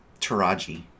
Taraji